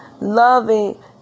loving